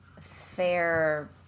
fair